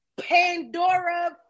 Pandora